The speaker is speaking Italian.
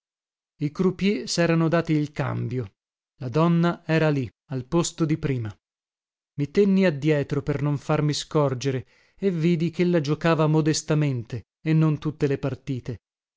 croupiers serano dati il cambio la donna era lì al posto di prima i tenni addietro per non farmi scorgere e vidi chella giocava modestamente e non tutte le partite